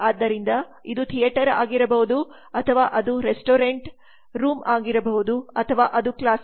ಆದ್ದರಿಂದ ಇದು ಥಿಯೇಟರ್ ಆಗಿರಬಹುದು ಅಥವಾ ಅದು ರೆಸ್ಟೋರೆಂಟ್ ರೂಮ್ ಆಗಿರಬಹುದು ಅಥವಾ ಅದು ಕ್ಲಾಸ್ ರೂಮ್ ಆಗಿರಬಹುದು